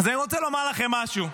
אז אני רוצה לומר לכם משהו: